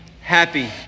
Happy